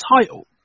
title